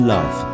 Love